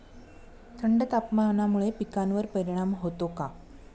थंड तापमानामुळे पिकांवर परिणाम होतो का?